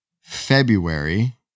February